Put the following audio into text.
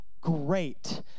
great